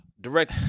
Direct